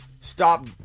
stop